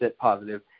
positive